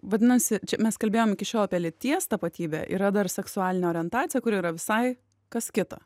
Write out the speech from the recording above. vadinasi čia mes kalbėjom iki šiol apie lyties tapatybę yra dar seksualinė orientacija kuri yra visai kas kita